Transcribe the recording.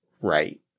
right